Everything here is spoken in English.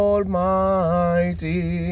Almighty